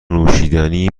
نوشیدنی